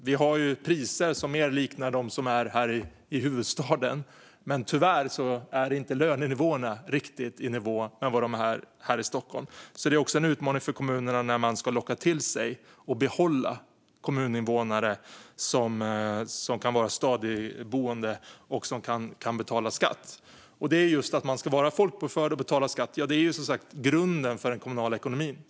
Vi har priser som mer liknar dem här i huvudstaden, men tyvärr är inte lönerna riktigt i nivå med dem här i Stockholm. Det är också en utmaning för kommunerna när de ska locka till sig och behålla kommuninvånare som kan vara stadigboende och betala skatt. Just att man ska vara folkbokförd och betala skatt är som sagt grunden för den kommunala ekonomin.